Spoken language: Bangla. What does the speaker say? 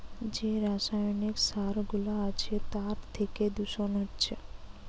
যে রাসায়নিক সার গুলা আছে তার থিকে দূষণ হচ্ছে